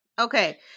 Okay